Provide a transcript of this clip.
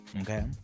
Okay